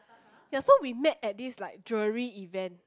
yea so we make at this like jewelry event